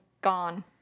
gone